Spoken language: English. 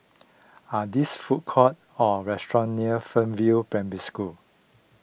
are there food courts or restaurants near Fernvale Primary School